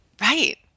Right